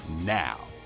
now